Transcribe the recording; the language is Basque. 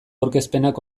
aurkezpenak